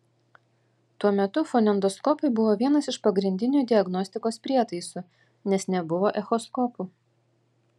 tuo metu fonendoskopai buvo vienas iš pagrindinių diagnostikos prietaisų nes nebuvo echoskopų